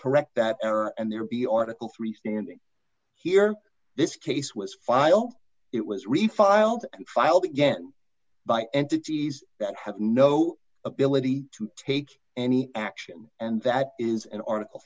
correct that error and there be article three standing here this case was filed it was refiled filed again by entities that have no ability to take any action and that is an article